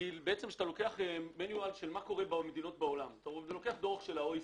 שאתה לוקח דוח של OECD,